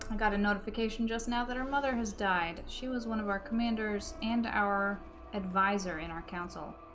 got a notification just now that her mother has died she was one of our commanders and our advisor in our council